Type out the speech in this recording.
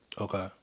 Okay